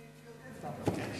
יש בעיה עם טביעות אצבע,